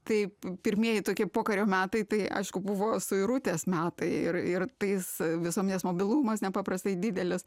taip pirmieji tokie pokario metai tai aišku buvo suirutės metai ir ir tais visuomenės mobilumas nepaprastai didelis